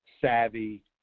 savvy